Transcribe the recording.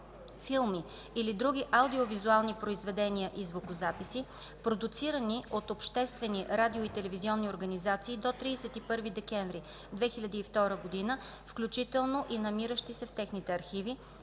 филми или други аудиовизуални произведения и звукозаписи, продуцирани от обществени радио- и телевизионни организации до 31 декември 2002 г., включително и намиращи се в техните архиви,